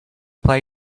play